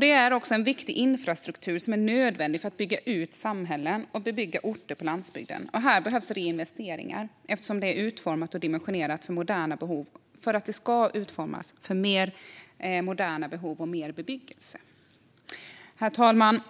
Det är också en viktig infrastruktur som är nödvändig när det gäller att bygga ut samhällen och bebygga orter på landsbygden. Här behövs reinvesteringar, eftersom det inte är utformat och dimensionerat för moderna behov och mer bebyggelse. Herr talman!